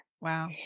Wow